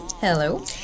Hello